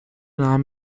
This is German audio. nahm